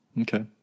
Okay